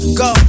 go